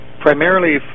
primarily